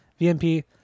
vmp